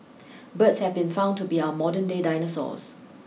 birds have been found to be our modern day dinosaurs